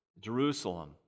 Jerusalem